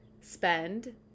spend